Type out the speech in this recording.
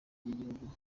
ry’igihugu